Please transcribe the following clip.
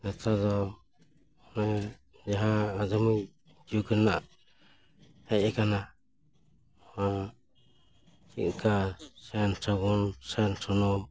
ᱱᱮᱛᱟᱨ ᱫᱚ ᱚᱱᱮ ᱡᱟᱦᱟᱸ ᱟᱫᱷᱩᱱᱤᱠ ᱡᱩᱜᱽ ᱨᱮᱱᱟᱜ ᱦᱮᱡ ᱠᱟᱱᱟ ᱚᱱᱟ ᱪᱮᱫᱠᱟ ᱥᱮᱱ ᱥᱟᱵᱚᱱ ᱥᱮᱱ ᱥᱩᱱᱩᱢ